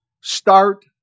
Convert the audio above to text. Start